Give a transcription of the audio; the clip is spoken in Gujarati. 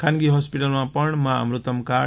ખાનગી હોસ્પિટલમાં પણ માં અમૃતમ કાર્ડ